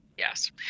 Yes